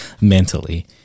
mentally